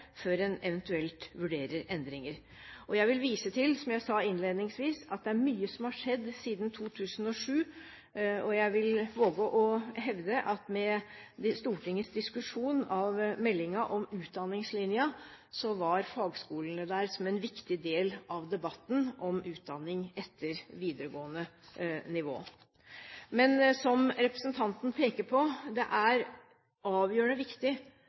før en eventuelt vurderer endringer. Jeg vil vise til, som jeg sa innledningsvis, at det er mye som har skjedd siden 2007, og jeg vil våge å hevde at med Stortingets diskusjon av meldingen om utdanningslinja, var fagskolene der som en viktig del av debatten om utdanning etter videregående nivå. Men, som representanten peker på, er det avgjørende viktig